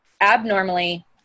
abnormally